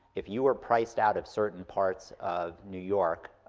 if you were priced out of certain parts of new york,